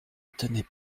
tenait